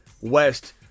West